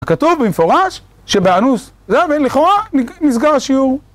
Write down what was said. כתוב במפורש, שבאנוס, זין, ולכאורה נסגר השיעור